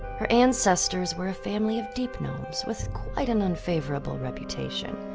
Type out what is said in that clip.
her ancestors were a family of deep gnomes with quite an unfavorable reputation.